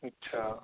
अच्छा